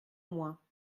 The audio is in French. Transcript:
moins